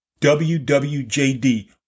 WWJD